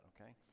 okay